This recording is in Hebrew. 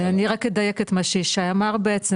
אני רק אדייק את מה שישי אמר בעצם,